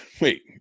wait